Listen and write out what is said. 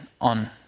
on